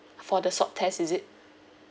for the swab test is it